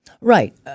Right